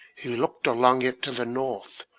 he looked along it to the north,